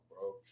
bro